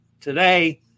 Today